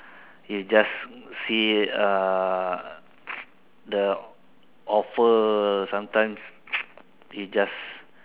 you just see uh the offer sometimes it just